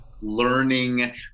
learning